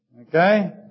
Okay